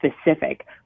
Specific